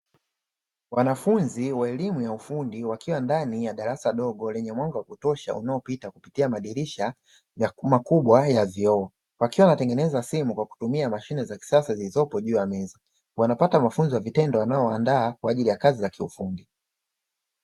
Wanafunzi wa elimu ya ufundi wakiwa ndani ya darasa dogo lenye mwanga wa kutosha unaopita kupitia madirisha makubwa ya vioo, wakiwa wanatengeneza simu kupitia mashine ya kisasa zilizopo juu ya meza, wanapata mafunzo ya vitendo yanayowaandaa kwa ajili ya kazi za kiufundi.